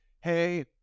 hey